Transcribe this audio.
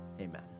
amen